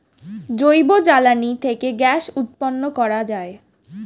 জৈব জ্বালানি থেকে গ্যাস উৎপন্ন করা যায়